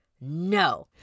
No